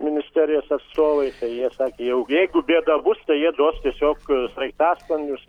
ministerijos atstovai tai jie sake jau jeigu bėda bus tai jie duos tiesiog sraigtasparnius